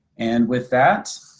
and with that,